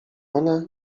ona